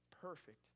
perfect